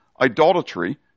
idolatry